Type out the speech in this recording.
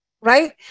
right